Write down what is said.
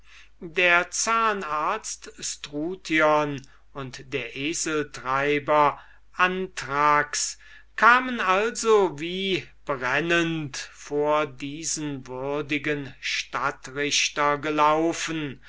der zahnarzt struthion und der eseltreiber anthrax kamen also brennend vor diesen würdigen stadtrichter gelaufen